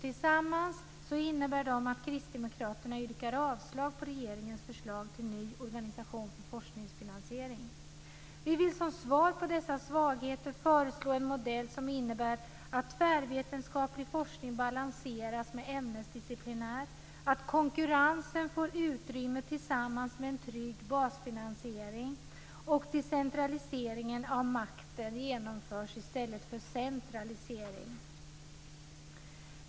Tillsammans innebär de att kristdemokraterna yrkar avslag på regeringens förslag till ny organisation för forskningsfinansiering. Vi vill som svar på dessa svagheter föreslå en modell som innebär att tvärvetenskaplig forskning balanseras med ämnesdisciplinär, att konkurrensen får utrymme, och detta tillsammans med en trygg basfinansiering och en decentralisering av makten i stället för centralisering.